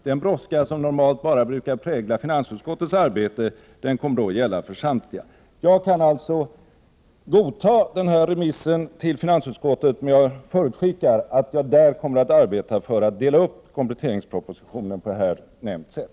Den brådska som normalt bara brukar prägla finansutskottets arbete, kommer då att gälla för samtliga. Jag kan alltså godta denna remiss till finansutskottet, men jag förutskickar att jag där kommer att arbeta för att dela upp kompletteringspropositionen på här nämnt sätt.